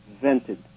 vented